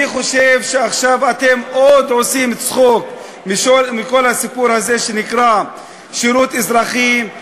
אני חושב שאתם עושים צחוק מכל הסיפור הזה שנקרא שירות אזרחי.